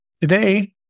today